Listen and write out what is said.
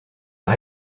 par